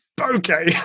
Okay